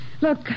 Look